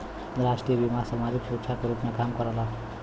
राष्ट्रीय बीमा समाजिक सुरक्षा के रूप में काम करला